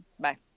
bye